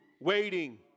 waiting